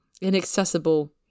inaccessible